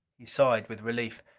he sighed with relief.